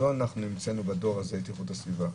לא אנחנו המצאנו בדור הזה את איכות הסביבה.